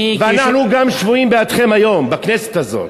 אני, ואנחנו גם שבויים בידכם היום, בכנסת הזאת.